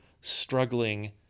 struggling